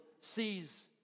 sees